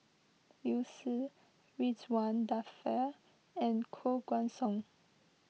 Liu Si Ridzwan Dzafir and Koh Guan Song